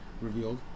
revealed